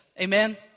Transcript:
Amen